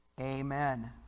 Amen